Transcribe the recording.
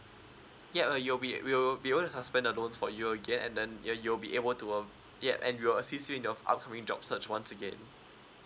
ya you'll be we will be able to suspend the loan for you again and then yeah you will be able to err yea and we'll assist you in your upcoming job search once again